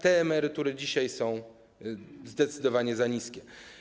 Te emerytury dzisiaj są zdecydowanie za niskie.